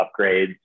upgrades